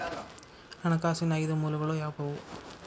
ಹಣಕಾಸಿನ ಐದು ಮೂಲಗಳು ಯಾವುವು?